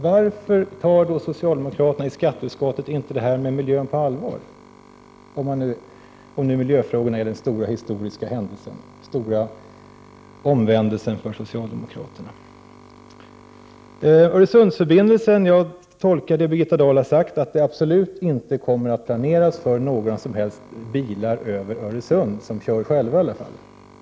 Varför tar då socialdemokraterna i skatteutskottet inte det här med miljön på allvar, om nu miljöfrågorna innebär den stora historiska händelsen, den stora omvändelsen för socialdemokraterna? Vad Birgitta Dahl har sagt om Öresundsförbindelsen tolkar jag så, att det Prot. 1988/89:70 absolut inte kommer att planeras för några som helst bilar över Öresund —= 21 februari 1989 som kör själva i alla fall.